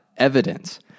evidence